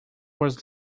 was